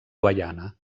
guaiana